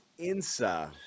INSA